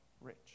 rich